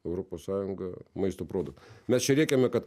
europos sąjunga maisto produktų mes čia rėkiame kad